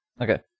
Okay